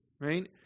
right